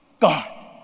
God